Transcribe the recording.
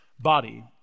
body